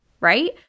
right